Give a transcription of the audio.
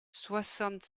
soixante